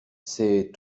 c’est